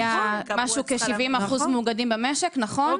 היו כ-70% מאוגדים במשק, נכון.